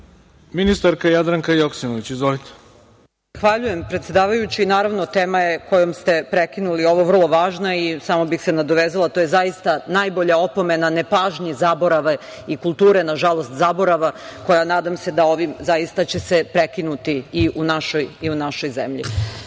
**Jadranka Joksimović** Zahvaljujem, predsedavajući. Naravno, tema kojom ste prekinuli ovo je vrlo važna. Samo bih se nadovezala, to je zaista najbolja opomena nepažnji zaborava i kulture, nažalost zaborava, koja nadam se da će se ovim zaista prekinuti i u našoj zemlji.